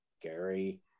Gary